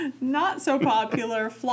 not-so-popular